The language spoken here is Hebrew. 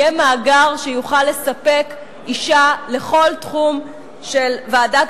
יהיה מאגר שיוכל לספק אשה לכל תחום של ועדת